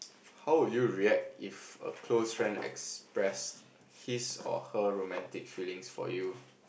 how would you react if a close friend express his or her romantic feelings for you